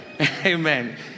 Amen